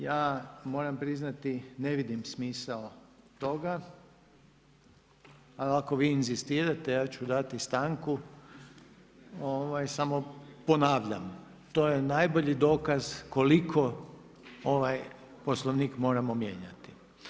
Ja moram priznati, ne vidim smisao toga ali ako vi inzistirate, ja ću dati stanku samo ponavljam, to je najbolji dokaz koliko ovaj Poslovnik moramo mijenjati.